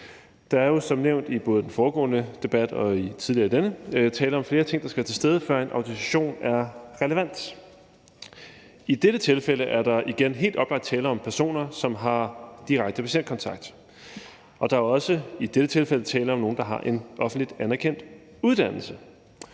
Der er jo som nævnt i både den foregående debat og tidligere i denne debat tale om flere ting, der skal være til stede, før en autorisation er relevant. I dette tilfælde er der igen helt oplagt tale om personer, som har direkte patientkontakt, og der er også tale om nogle, der har en offentligt anerkendt uddannelse.